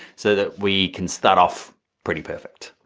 so that we can start off pretty perfect.